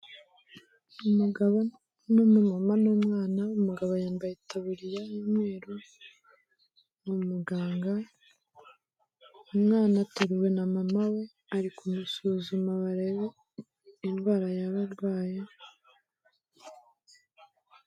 Umugabo n'umumama n'umwana, umugabo yambaye itaburiya y'umweru, ni umuganga, umwana ateruwe na mama we, ari kumusuzuma barebe indwara yaba abarwaye...